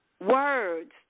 words